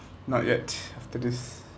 not yet after this